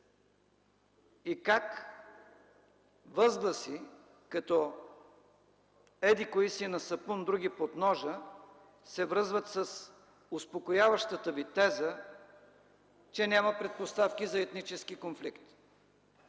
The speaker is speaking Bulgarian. и как възгласи като: „Еди-кои си на сапун, други под ножа!” се връзват с успокояващата Ви теза, че няма предпоставки за етнически конфликт?